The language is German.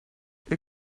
ihr